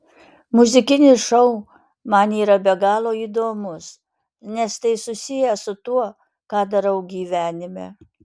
muzikinis šou man yra be galo įdomus nes tai susiję su tuo ką darau gyvenime